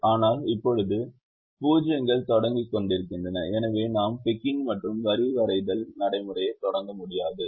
ஆனால் இப்போது 0 கள் தொங்கிக்கொண்டிருக்கின்றன எனவே நாம் டிக்கிங் மற்றும் வரி வரைதல் நடைமுறையைத் தொடங்க முடியாது